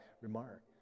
remark